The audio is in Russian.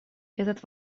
этот